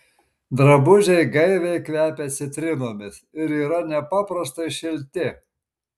drabužiai gaiviai kvepia citrinomis ir yra nepaprastai šilti